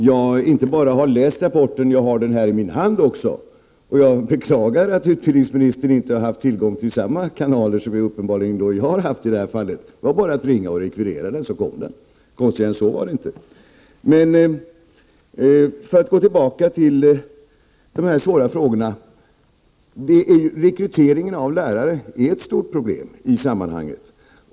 Herr talman! Jag har inte bara läst rapporten, utan jag har den också här i min hand. Jag beklagar att utbildningsministern inte har haft tillgång till samma kanaler som jag uppenbarligen har haft i detta fall. Det var bara att ringa och rekvirera den, och så kom den. För att gå tillbaka till de svåra frågorna, vill jag säga att rekryteringen av lärare är ett stort problem i sammmanhanget.